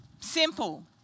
Simple